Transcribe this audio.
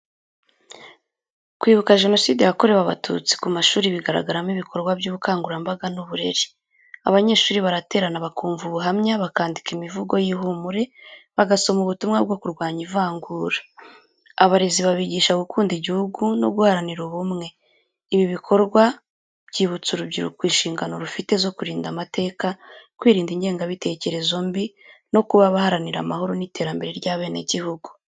Kwibuka jenoside yakorewe Abatutsi ku mashuri bigaragaramo ibikorwa by’ubukangurambaga n’uburere. Abanyeshuri baraterana bakumva ubuhamya, bakandika imivugo y’ihumure, bagasoma ubutumwa bwo kurwanya ivangura. Abarezi babigisha gukunda igihugu no guharanira ubumwe. Ibi bikorwa byibutsa urubyiruko inshingano rufite zo kurinda amateka, kwirinda ingengabitekerezo mbi no kuba abaharanira amahoro n’iterambere ry’abenegihugu.